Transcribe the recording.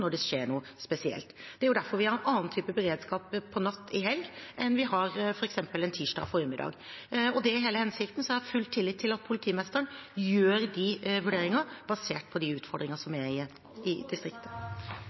når det skjer noe spesielt. Det er derfor vi har en annen type beredskap på natten i helgen enn vi har f.eks. en tirsdag formiddag. Det er hele hensikten, og jeg har full tillit til at politimesteren gjør vurderinger basert på de utfordringene som er i distriktet.